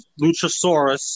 Luchasaurus